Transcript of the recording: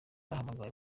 bahamagawe